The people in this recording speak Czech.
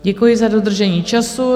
Děkuji za dodržení času.